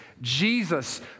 Jesus